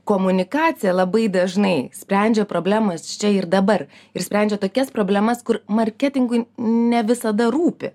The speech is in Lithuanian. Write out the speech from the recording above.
komunikacija labai dažnai sprendžia problemas čia ir dabar ir sprendžia tokias problemas kur marketingui ne visada rūpi